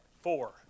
Four